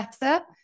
better